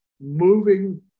moving